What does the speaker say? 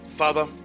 Father